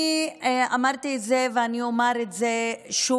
אני אמרתי את זה ואני אומר את זה שוב: